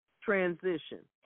transition